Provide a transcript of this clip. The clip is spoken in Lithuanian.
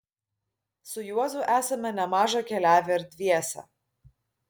su juozu esame nemaža keliavę ir dviese